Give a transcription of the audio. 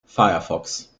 firefox